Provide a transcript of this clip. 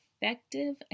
effective